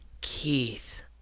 Keith